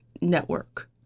network